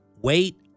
Wait